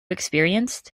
experienced